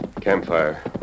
Campfire